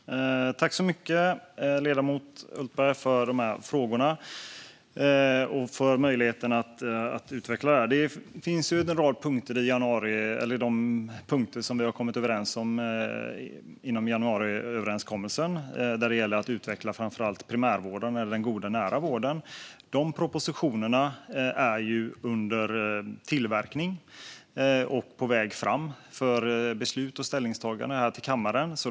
Fru talman! Tack så mycket, ledamoten Hultberg, för frågorna och för möjligheten att utveckla detta! Det finns de punkter som vi har kommit överens om inom januariöverenskommelsen. Där gäller det framför allt att utveckla primärvården eller den goda nära vården. De propositionerna är under tillverkning och på väg fram för beslut och ställningstagande i kammaren.